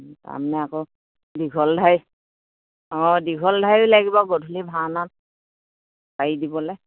তাৰমানে আকৌ দীঘল ঢাৰি অঁ দীঘল ঢাৰি লাগিব গধূলি ভাওনাত পাৰি দিবলে